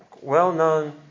well-known